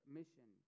mission